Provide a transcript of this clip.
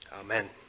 amen